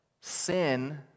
sin